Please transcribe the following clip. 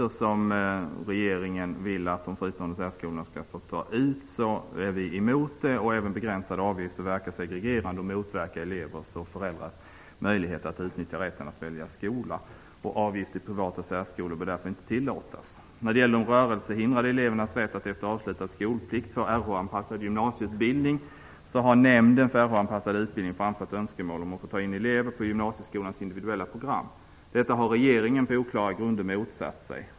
Regeringen vill att de fristående särskolorna skall ha rätt att ta ut avgifter. Det är vi emot. Även begränsade avgifter verkar segregerande och motverkar elevers och föräldrars möjlighet att utnyttja rätten att välja skola. Avgifter i privata särskolor bör därför inte tillåtas. Rörelsehindrade elever har rätt att efter avslutad skolplikt få en Rh-anpassad gymnasieutbildning. Nämnden för Rh-anpassad utbildning har framfört önskemål om att få ta in elever på gymnasieskolans individuella program. Detta har regeringen på oklara grunder motsatt sig.